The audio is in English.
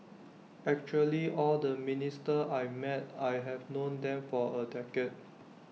actually all the ministers I met I have known them for A decade